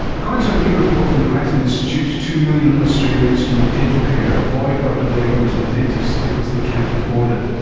according to a new report from the grattan institute, two million australians who need dental care avoid or delay going to the dentist because they can't afford it.